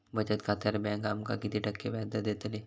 बचत खात्यार बँक आमका किती टक्के व्याजदर देतली?